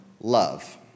love